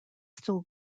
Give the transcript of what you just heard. still